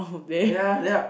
ya then